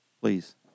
please